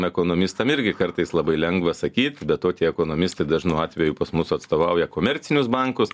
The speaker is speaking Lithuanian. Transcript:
ekonomistam irgi kartais labai lengva sakyt be to tie ekonomistai dažnu atveju pas mus atstovauja komercinius bankus